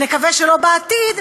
ונקווה שלא בעתיד,